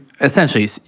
essentially